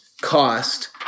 cost